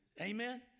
Amen